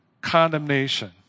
condemnation